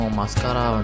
mascara